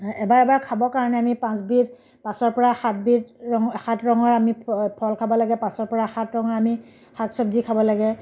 এবাৰ এবাৰ খাবৰ কাৰণে আমি পাঁচবিধ পাঁচৰ পৰা সাতবিধ ৰঙৰ সাতৰঙৰ আমি ফল খাব লাগে পাঁচৰ পৰা সাত ৰঙৰ আমি শাক চব্জি খাব লাগে